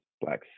Black